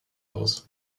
aus